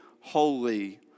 holy